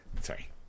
Sorry